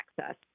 access